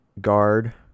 guard